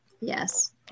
Yes